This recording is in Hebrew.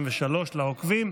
53, לעוקבים,